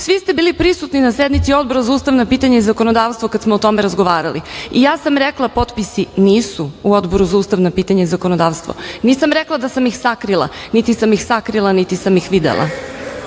ste bili pristuni na sednici Odbora za ustavna pitanja i zakonodavstvo kada smo o tome razgovarali i ja sam rekla – potpisi nisu u Odboru za ustavna pitanja i zakonodavstvo. Nisam rekla da sam ih sakrila. Niti sam ih sakrila, niti sam ih videla,